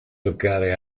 toccare